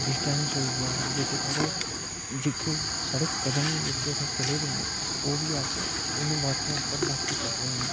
distance होई गेआ जेह्के साढ़े जेह्के साढ़े कदम जेह्के असें चले दे न ओह् बी अस इ'नें वॉचें उप्पर नापी सकदे न